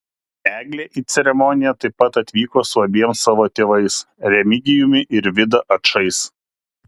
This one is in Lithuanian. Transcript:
eglė į ceremoniją taip pat atvyko su abiem savo tėvais remigijumi ir vida ačais